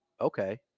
Okay